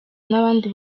n’abandi